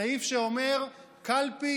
סעיף שאומר: קלפי,